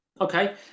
okay